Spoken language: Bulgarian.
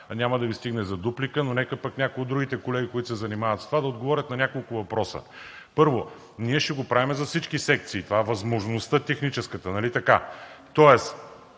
няма да Ви стигне за дуплика, но нека пък някой от другите колеги, които се занимават с това, да отговорят на няколко въпроса. Първо, ние ще го правим за всички секции – това е техническата